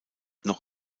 noch